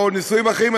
או נישואים אחרים,